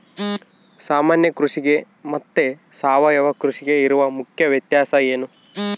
ಸಾಮಾನ್ಯ ಕೃಷಿಗೆ ಮತ್ತೆ ಸಾವಯವ ಕೃಷಿಗೆ ಇರುವ ಮುಖ್ಯ ವ್ಯತ್ಯಾಸ ಏನು?